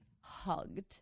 hugged